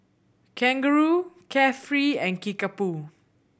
Kangaroo Carefree and Kickapoo